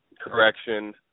correction